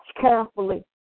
carefully